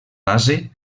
base